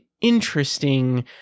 interesting